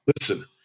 listen